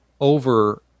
over